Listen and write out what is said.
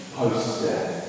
post-death